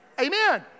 Amen